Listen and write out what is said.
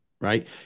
right